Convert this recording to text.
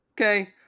okay